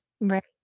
right